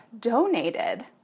donated